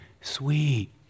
sweet